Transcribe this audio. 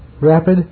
rapid